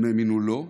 הם האמינו לו,